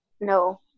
no